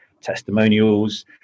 testimonials